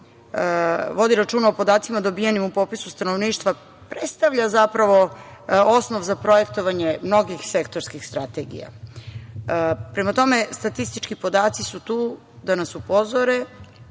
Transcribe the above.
vodi računa o podacima dobijenim u popisu stanovništva predstavlja zapravo osnov za projektovanje mnogih sektorskih strategija. Prema tome, statistički podaci su tu da nas upozore,